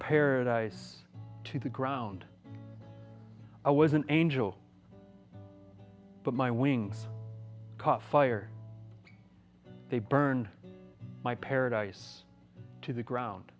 paradise to the ground i was an angel but my wings caught fire they burned my paradise to the ground